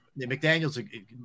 McDaniels